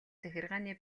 захиргааны